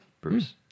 Bruce